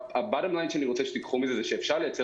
השורה התחתונה שאני רוצה שתיקחו מזה היא שאפשר לייצר